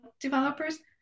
developers